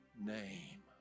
name